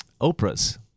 Oprah's